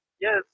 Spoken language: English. Yes